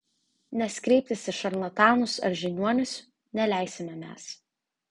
nes kreiptis į šarlatanus ar žiniuonius neleisime mes